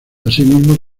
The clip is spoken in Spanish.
asimismo